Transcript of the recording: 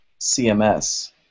CMS